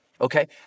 Okay